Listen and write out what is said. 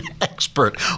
expert